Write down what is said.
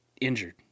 injured